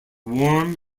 worm